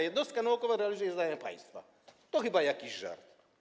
Jednostka naukowa realizuje zadania państwa - to chyba jakiś żart.